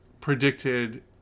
predicted